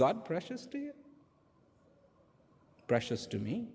god precious precious to me